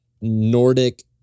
Nordic